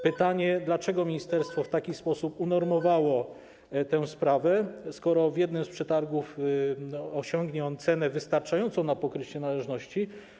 Pytanie: Dlaczego ministerstwo w taki sposób unormowało tę sprawę, skoro w jednym z przetargów osiągnie on cenę wystarczającą na pokrycie należności?